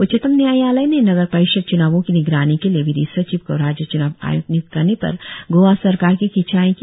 उच्चतम नयायालय ने नगर परिषद च्नावों की निगरानी के लिए विधि सचिव को राज्य च्नाव आय्क्त निय्क्त करने पर गोआ सरकार की खिंचाई की